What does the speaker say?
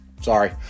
sorry